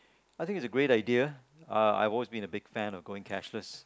I think it's a great idea uh I always been a big fan of going cashless